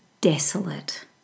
desolate